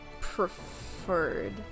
preferred